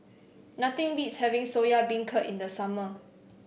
nothing beats having Soya Beancurd in the summer